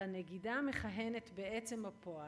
על הנגידה המכהנת בעצם בפועל,